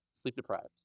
sleep-deprived